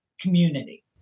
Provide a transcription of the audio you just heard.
community